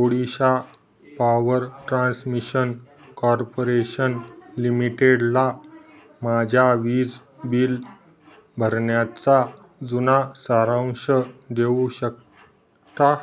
Odisha power transmission corporation लिमिटेडला माझ्या वीज बिल भरण्याचा जुना सारांश देऊ शकता